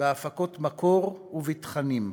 בהפקות מקור ובתכנים.